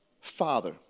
father